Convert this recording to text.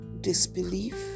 disbelief